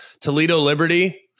Toledo-Liberty